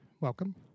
welcome